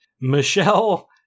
Michelle